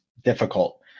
difficult